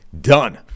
Done